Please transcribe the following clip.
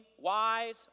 wise